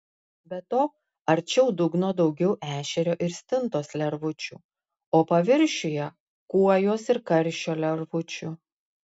be to arčiau dugno daugiau ešerio ir stintos lervučių o paviršiuje kuojos ir karšio lervučių